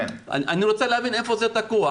אני רוצה להבין איפה זה תקוע.